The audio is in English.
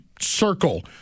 circle